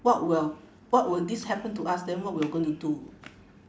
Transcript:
what will what will this happen to us then what we're going to do